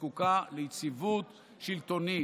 שזקוקה ליציבות שלטונית.